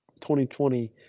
2020